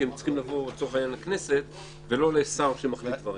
הם צריכים לבוא לכנסת ולא לשר שמחליט דברים.